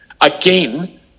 Again